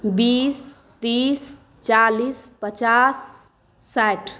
बीस तीस चालीस पचास साठि